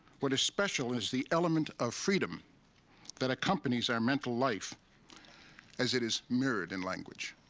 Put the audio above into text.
what is special is the element of freedom that accompanies our mental life as it is mirrored in language.